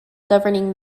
governing